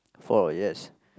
four yes